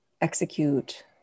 execute